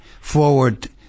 forward